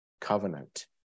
covenant